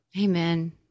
Amen